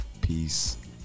peace